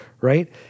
right